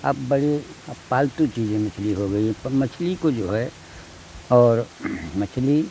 अब बड़े अब पालतू चीज़ें मछली हो गई है मछली को जो है और मछली